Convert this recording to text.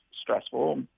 stressful